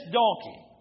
donkey